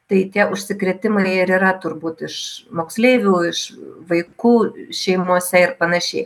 tai tie užsikrėtimai ir yra turbūt iš moksleivių iš vaikų šeimose ir panašiai